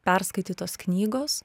perskaitytos knygos